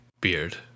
beard